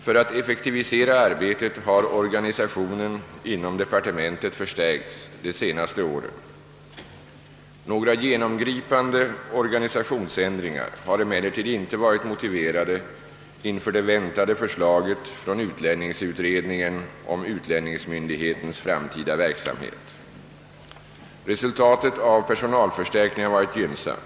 För att effektivisera arbetet har organisationen inom departementet förstärkts de senaste åren. Några genomgripande organisationsändringar har emellertid inte varit motiverade inför det väntade förslaget från utlänningsutredningen om utlänningsmyndighetens framtida verksamhet. Resultatet av personalförstärkningen har varit gynnsamt.